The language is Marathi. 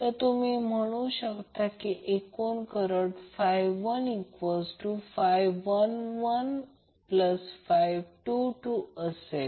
तर तुम्ही काय म्हणू शकता तुम्ही म्हणा एकूण करंट हा 11112असेल